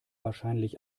wahrscheinlich